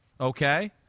okay